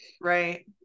Right